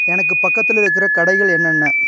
எனக்கு பக்கத்தில் இருக்கிற கடைகள் என்னென்ன